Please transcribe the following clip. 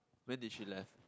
when did she left